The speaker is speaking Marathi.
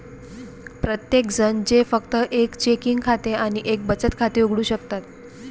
प्रत्येकजण जे फक्त एक चेकिंग खाते आणि एक बचत खाते उघडू शकतात